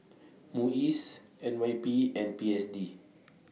Muis N Y P and P S D